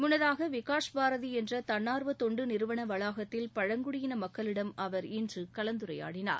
முன்னதாக விகாஷ்பாரதி என்ற தன்னார்வ தொண்டு நிறுவன வளாகத்தில் பழங்குடியின மக்களிடம் அவர் இன்று கலந்துரையாடினார்